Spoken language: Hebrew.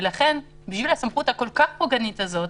בשביל סמכות כל כך פוגענית כזאת,